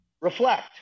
Reflect